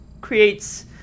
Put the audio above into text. creates